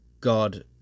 ...God